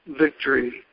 victory